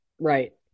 right